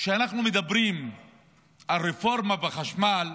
כשאנחנו מדברים על רפורמה בחשמל,